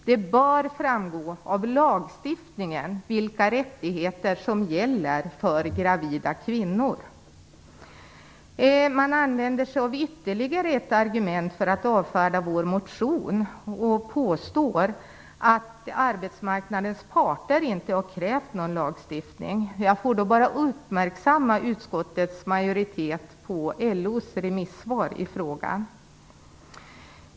Det bör framgå av lagstiftningen vilka rättigheter som gäller för gravida kvinnor. Man använder sig av ytterligare ett argument för att avfärda vår motion och påstår att arbetsmarknadens parter inte har krävt någon lagstiftning. Jag får då bara uppmärksamma utskottets majoritet på LO:s remissvar i frågan.